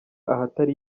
ahatari